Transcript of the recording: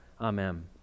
Amen